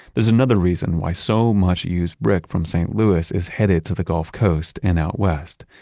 there's another reason why so much used brick from st. louis is headed to the gulf coast and out west.